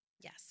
Yes